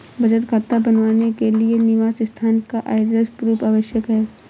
बचत खाता बनवाने के लिए निवास स्थान का एड्रेस प्रूफ आवश्यक है